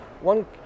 One